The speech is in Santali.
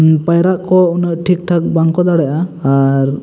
ᱯᱟᱭᱨᱟᱜ ᱠᱚ ᱩᱱᱟᱹᱜ ᱴᱷᱤᱠ ᱴᱷᱟᱠ ᱵᱟᱝ ᱠᱚ ᱫᱟᱲᱮᱭᱟᱜᱼᱟ ᱟᱨ